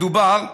מדובר על